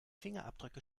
fingerabdrücke